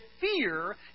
fear